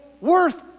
worth